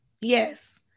Yes